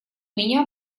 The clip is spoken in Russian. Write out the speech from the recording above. меня